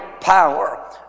power